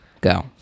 go